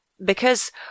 because